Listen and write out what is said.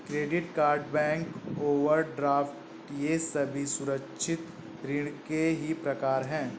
credit card bank overdraft ये सभी असुरक्षित ऋण के ही प्रकार है